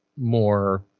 more